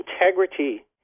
integrity